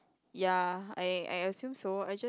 ya I I assume so I just